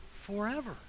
forever